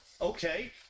Okay